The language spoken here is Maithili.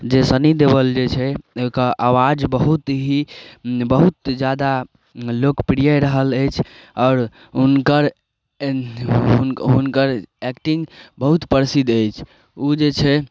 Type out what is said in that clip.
जे सनी देवल जे छै ओकर आवाज बहुत ही बहुत जादा लोकप्रिय रहल अछि आओर हुनकर हुन हुनकर एक्टिंग बहुत प्रसिद्ध अछि ओ जे छै